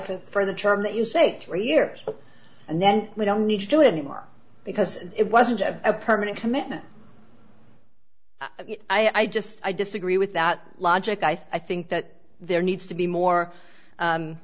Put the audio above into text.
d for the term that you say three years and then we don't need to do it anymore because it wasn't a permanent commitment i just i disagree with that logic i think that there needs to be